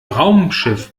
raumschiff